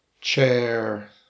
chair